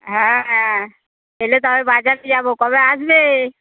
হ্যাঁ হ্যাঁ এলে তবে বাজারে যাবো কবে আসবে